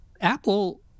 Apple